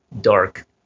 dark